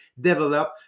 develop